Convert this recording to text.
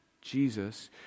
Jesus